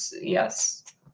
yes